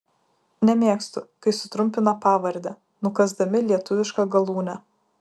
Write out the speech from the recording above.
nemėgstu kai sutrumpina pavardę nukąsdami lietuvišką galūnę